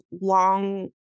long